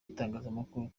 itangazamakuru